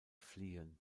fliehen